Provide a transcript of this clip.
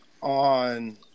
On